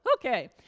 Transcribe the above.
Okay